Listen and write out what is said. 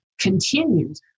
continues